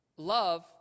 Love